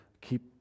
keep